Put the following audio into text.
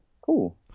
cool